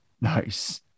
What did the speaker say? Nice